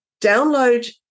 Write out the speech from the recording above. download